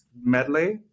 medley